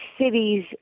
cities